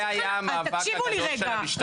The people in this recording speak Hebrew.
זה היה המאבק הגדול של המשטרה.